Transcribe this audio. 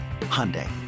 Hyundai